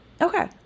Okay